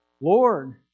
Lord